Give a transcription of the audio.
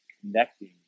connecting